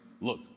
look